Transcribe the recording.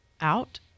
out